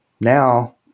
now